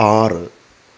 ആറ്